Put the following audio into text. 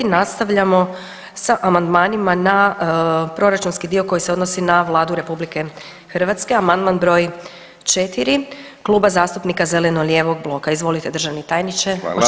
Nastavljamo sa amandmanima na proračunski dio koji se odnosi na Vladu RH, amandman broj 4 Kluba zastupnika zeleno-lijevog bloka, izvolite državni tajniče, očitovanje.